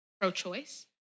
pro-choice